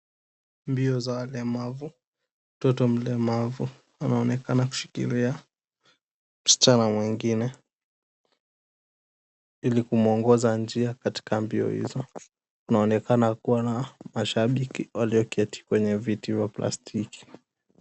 Mbio za walemavu. Mtoto mlemavu anaonekana kushikilia mschana mwingne ili kumuongoza njia katika mbio hizo. Kunaonakena kuwa na mashabiki walioketi kwenye viti vya plastiki.